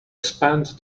spend